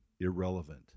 irrelevant